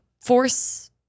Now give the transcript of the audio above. force